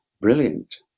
brilliant